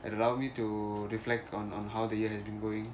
it allow me to reflect on how the year has been going